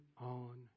on